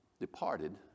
departed